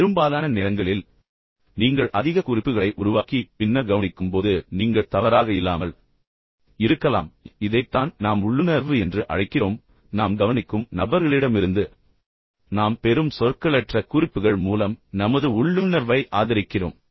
பெரும்பாலான நேரங்களில் நீங்கள் அதிக குறிப்புகளை உருவாக்கி பின்னர் கவனிக்கும்போது நீங்கள் தவறாக இல்லாமல் இருக்கலாம் இதைத்தான் நாம் உள்ளுணர்வு என்று அழைக்கிறோம் ஆனால் உண்மையில் நாம் கவனிக்கும் நபர்களிடமிருந்து நாம் பெறும் சொற்களற்ற குறிப்புகள் மூலம் நமது உள்ளுணர்வை ஆதரிக்கிறோம்